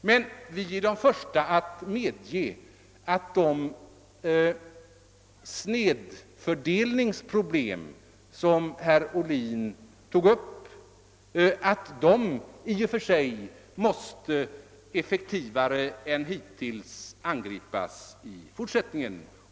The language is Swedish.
Men vi är de första att medge att de snedfördelningsproblem som herr Ohlin tog upp måste angripas effektivare i fortsättningen.